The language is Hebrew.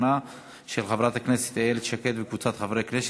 של חברת הכנסת איילת שקד וקבוצת חברי הכנסת,